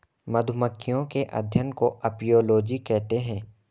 मधुमक्खियों के अध्ययन को अपियोलोजी कहते हैं